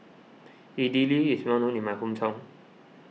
Idili is well known in my hometown